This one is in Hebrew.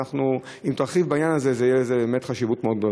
אם תרחיב בעניין הזה תהיה לזה באמת חשיבות מאוד גדולה.